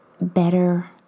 better